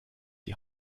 die